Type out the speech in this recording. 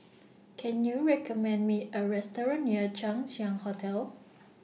Can YOU recommend Me A Restaurant near Chang Ziang Hotel